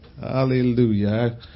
Hallelujah